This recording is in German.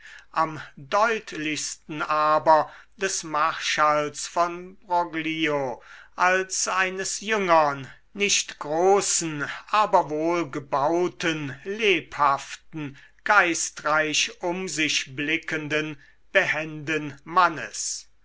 am deutlichsten aber des marschalls von broglio als eines jüngern nicht großen aber wohlgebauten lebhaften geistreich um sich blickenden behenden mannes